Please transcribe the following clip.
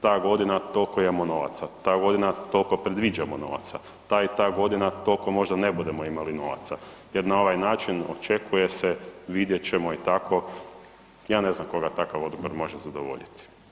Ta godina toliko imamo novaca, ta godina toliko predviđamo novaca, ta i ta godina toliko možda ne budemo možda imali novaca jer na ovaj način očekuje se vidjet ćemo i tako, ja ne znam koga takav odgovor može zadovoljiti.